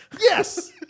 Yes